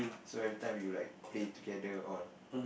so every time we'll like play together all